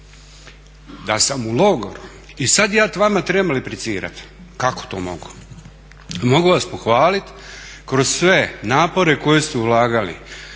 da sam u logoru i sad ja vama trebam replicirat. Kako to mogu? Mogu vas pohvalit kroz sve napore koje ste ulagali.